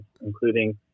including